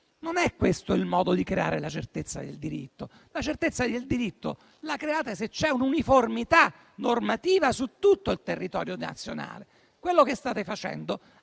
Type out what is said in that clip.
Non è questo il modo di creare la certezza del diritto. La certezza del diritto si crea se c'è un'uniformità normativa su tutto il territorio nazionale. Quello che state facendo